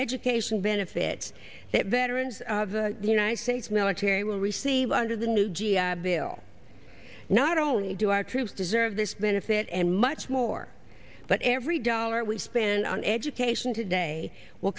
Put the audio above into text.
education benefits that veterans of the united states military will receive under the new g i bill not only do our troops deserve this benefit and much more but every dollar we spend on education today w